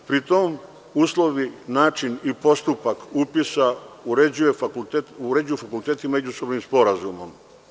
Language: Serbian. Pri tom, uslovi, način i postupak upisa uređuju fakultet u međusobnim sporazumom.